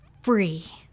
free